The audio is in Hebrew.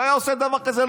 שהיה עושה דבר כזה,